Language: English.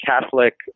Catholic